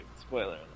Spoiler